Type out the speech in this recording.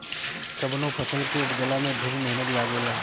कवनो फसल के उपजला में ढेर मेहनत लागेला